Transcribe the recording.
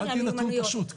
ביקשתי נתון פשוט,